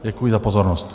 Děkuji za pozornost.